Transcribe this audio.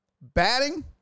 Batting